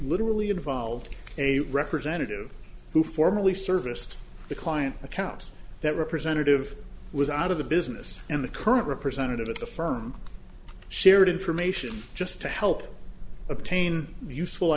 literally involved a representative who formally serviced the client accounts that representative was out of the business and the current representative of the firm shared information just to help obtain useful